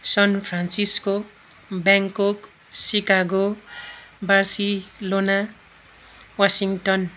sun Francisco Bangkok Chicago Barcelona Washington